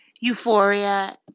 euphoria